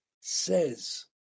says